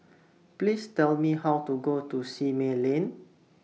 Please Tell Me How to Go to Simei Lane